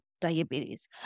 diabetes